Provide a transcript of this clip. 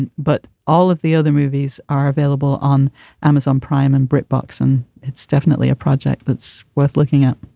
and but all of the other movies are available on amazon prime and brit box. and it's definitely a project that's worth looking at.